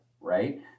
Right